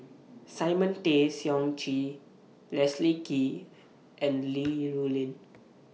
Simon Tay Seong Chee Leslie Kee and Li Rulin